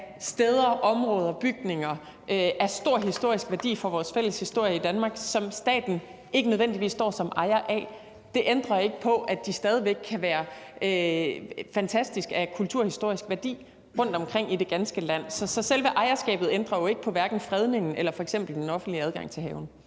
steder, områder og bygninger af stor historisk værdi for vores fælles historie i Danmark, som staten ikke nødvendigvis står som ejer af. Det ændrer ikke på, at de stadig væk kan være fantastiske og af kulturhistorisk værdi rundtomkring i det ganske land. Så selve ejerskabet ændrer jo ikke på fredningen eller f.eks. den offentlige adgang til haven.